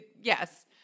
yes